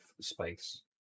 space